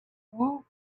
woot